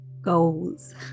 goals